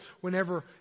whenever